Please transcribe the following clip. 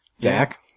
Zach